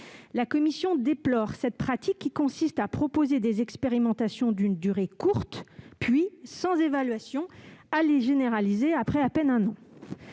La commission déplore cette pratique qui consiste à proposer des expérimentations d'une durée courte puis, sans évaluation, à les généraliser après à peine un an.